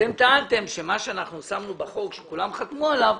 אתם טענתם שמה שאנחנו שמנו בחוק שכולם חתמו עליו,